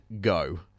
go